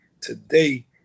today